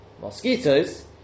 mosquitoes